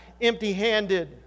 empty-handed